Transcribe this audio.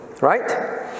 right